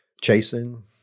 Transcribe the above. chasing